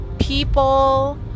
people